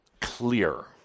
clear